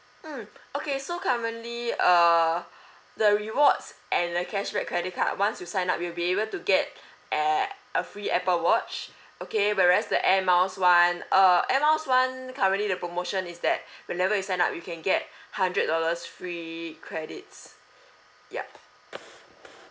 mm okay so currently uh the rewards and the cashback credit card once you sign up you will be able to get a~ a free apple watch okay whereas the air miles [one] uh air miles [one] currently the promotion is that whenever you sign up you can get hundred dollars free credits yup